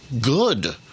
good